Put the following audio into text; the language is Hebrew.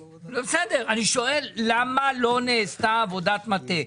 בסדר, אני שואל למה לא נעשתה עבודת מטה?